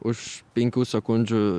už penkių sekundžių